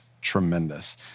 tremendous